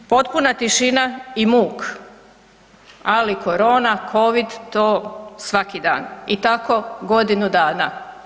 Potpuna tišina i muk, ali korona, covid to svaki dan i tako godinu dana.